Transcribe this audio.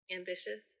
ambitious